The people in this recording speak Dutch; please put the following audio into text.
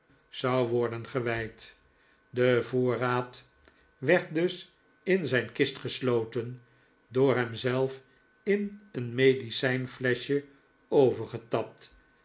zou worden gewijd de voorraad werd dus in zijn kist gesloten door hem zelf in een medicijnfleschje overgetapt en